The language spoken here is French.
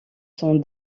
son